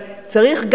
אבל צריך,